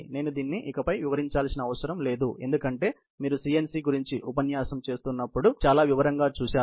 నేను దీన్ని ఇకపై వివరించాల్సిన అవసరం లేదు ఎందుకంటే మీరు సిఎన్సి గురించి ఉపన్యాసం చేస్తున్నప్పుడు చాలా వివరంగా చూసారు